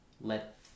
let